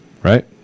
Right